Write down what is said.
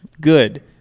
good